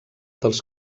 dels